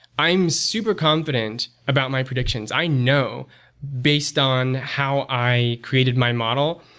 i'm super confident about my predictions. i know based on how i created my model,